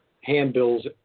handbills